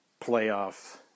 playoff